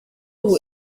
ubu